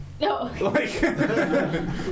no